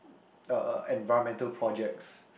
uh uh environmental projects